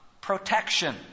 protection